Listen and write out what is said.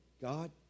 God